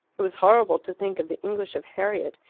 it was horrible to think of the english of harriet,